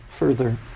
Further